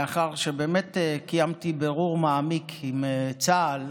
לאחר שבאמת קיימתי בירור מעמיק עם צה"ל